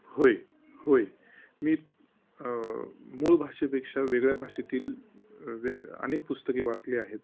होय होय मी मूळ भाषेपेक्षा वेगळ्या भाषेतील वे अनेक पुस्तके वाचली आहेत